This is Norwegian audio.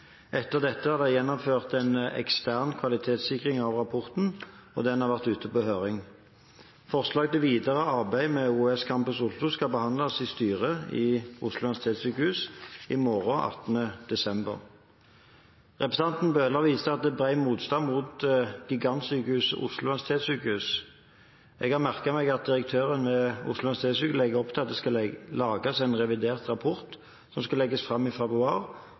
og den har vært ute på høring. Forslag til videre arbeid med Campus Oslo skal behandles i styret ved Oslo universitetssykehus i morgen, 18. desember. Representanten Bøhler viser til at det er bred motstand mot gigantsykehuset Campus Oslo. Jeg har merket meg at direktøren ved Oslo universitetssykehus legger opp til at det skal lages en revidert rapport som skal legges fram i februar,